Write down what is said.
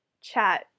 chat